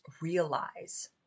realize